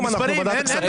מספרים, אנחנו בוועדת כספים.